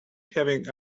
having